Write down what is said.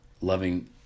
loving